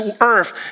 earth